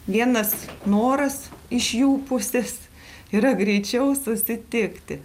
vienas noras iš jų pusės yra greičiau susitikti